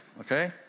okay